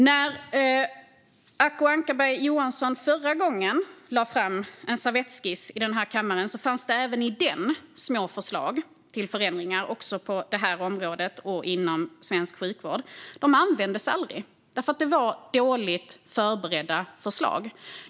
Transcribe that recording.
När Acko Ankarberg Johansson förra gången lade fram en servettskiss i denna kammare fanns även i den små förslag till förändringar på detta område och inom svensk sjukvård. De användes aldrig eftersom förslagen var dåligt förberedda.